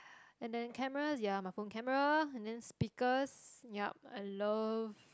and then cameras ya my phone camera and then speakers ya a loft